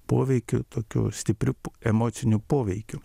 poveikiu tokiu stipriu emociniu poveikiu